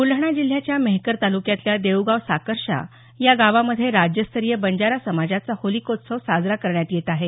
ब्लडाणा जिल्ह्याच्या मेहकर तालुक्यातल्या देऊळगाव साकर्शा या गावामध्ये राज्यस्तरीय बंजारा समाजाचा होलीकोत्सव साजरा करण्यात येत आहे